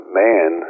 man